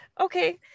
Okay